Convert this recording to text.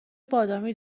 بادامی